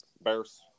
bears